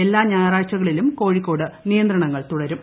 എല്ലാ ഞായറാഴ്ചകളിലും കോഴിക്കോട് നീയന്ത്രണങ്ങൾ തുടരും